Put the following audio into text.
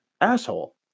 asshole